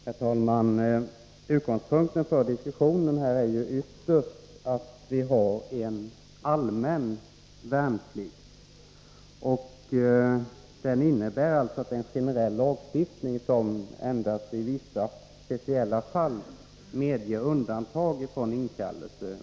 Herr talman! Utgångspunkten för diskussionen här är ju ytterst att vi har en allmän värnplikt. Det innebär att det finns en generell lagstiftning som endast i vissa speciella fall medger undantag från inkallelse.